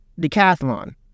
Decathlon